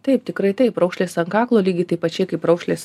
taip tikrai taip raukšlės ant kaklo lygiai taip pačiai kaip raukšlės